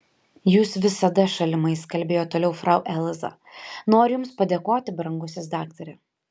jūs visada šalimais kalbėjo toliau frau elza noriu jums padėkoti brangusis daktare